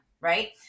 right